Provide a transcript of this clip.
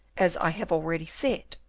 as i have already said,